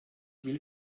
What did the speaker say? will